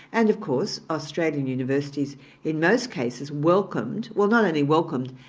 and of course, australian universities in most cases, welcomed, well not only welcomed,